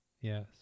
Yes